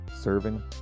serving